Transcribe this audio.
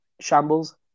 shambles